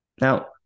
Now